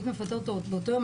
שהיית מפטרת אותו באותו יום,